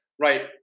Right